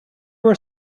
were